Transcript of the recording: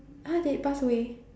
!huh! they pass away